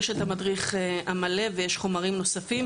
יש את המדריך המלא ויש חומרים נוספים.